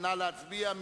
נא להצביע.